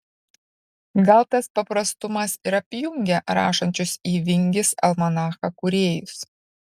gal tas paprastumas ir apjungia rašančius į vingis almanachą kūrėjus